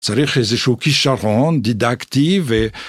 צריך איזשהו כישרון דידקטי ו...